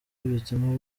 bituma